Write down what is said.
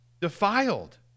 defiled